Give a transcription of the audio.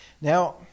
Now